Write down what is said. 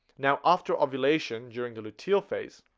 now after ovulation during the luteal phase